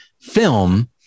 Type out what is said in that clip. film